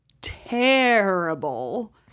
terrible